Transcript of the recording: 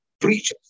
preachers